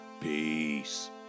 Peace